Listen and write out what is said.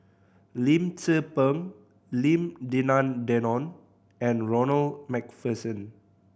Lim Tze Peng Lim Denan Denon and Ronald Macpherson